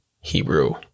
Hebrew